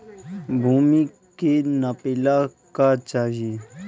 भूमि के नापेला का चाही?